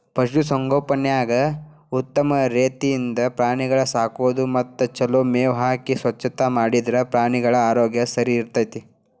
ಪಶು ಸಂಗೋಪನ್ಯಾಗ ಉತ್ತಮ ರೇತಿಯಿಂದ ಪ್ರಾಣಿಗಳ ಸಾಕೋದು ಮತ್ತ ಚೊಲೋ ಮೇವ್ ಹಾಕಿ ಸ್ವಚ್ಛತಾ ಮಾಡಿದ್ರ ಪ್ರಾಣಿಗಳ ಆರೋಗ್ಯ ಸರಿಇರ್ತೇತಿ